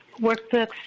workbooks